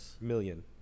Million